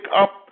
up